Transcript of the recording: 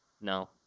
No